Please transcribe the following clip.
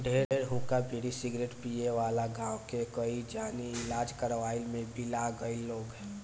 ढेर हुक्का, बीड़ी, सिगरेट पिए वाला गांव के कई जानी इलाज करवइला में बिला गईल लोग